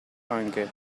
anche